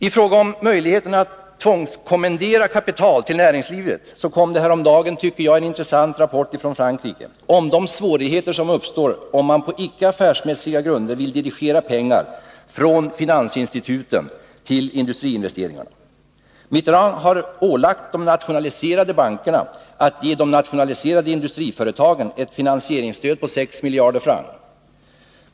I fråga om möjligheterna att tvångskommendera kapital till näringslivet kom häromdagen en intressant rapport från Frankrike om de svårigheter som uppstår om man på icke affärsmässiga grunder vill dirigera pengar från finansinstituten till industriinvesteringarna. Mitterand har ålagt de nationaliserade bankerna att ge de nationaliserade industriföretagen ett finansieringsstöd på 6 miljarder franc.